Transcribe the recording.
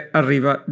arriva